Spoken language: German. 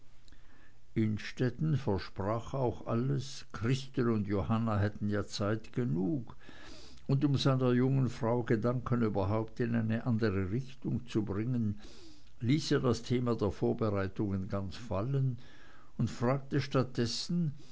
innstetten versprach auch alles christel und johanna hätten ja zeit genug und um seiner jungen frau gedanken überhaupt in eine andere richtung zu bringen ließ er das thema der vorbereitungen ganz fallen und fragte